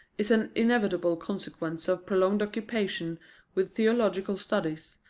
is an inevitable consequence of prolonged occupation with theological studies,